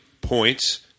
points